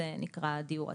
זה נקרא "דיור עצמאי",